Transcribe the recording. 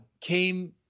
came